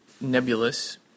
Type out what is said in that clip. nebulous